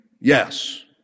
yes